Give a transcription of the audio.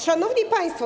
Szanowni Państwo!